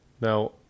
Now